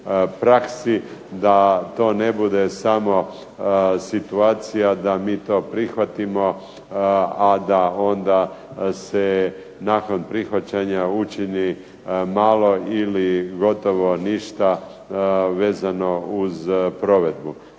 Da to ne bude samo situacija da mi to prihvatimo, a da onda se nakon prihvaćanja učini malo ili gotovo ništa vezano uz provedbu.